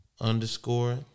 underscore